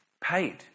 paid